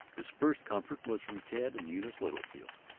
his first comfort was from ted and eunice littlefield.